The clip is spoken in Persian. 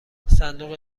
صندوق